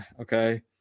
okay